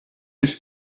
it’s